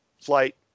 flight